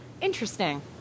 Interesting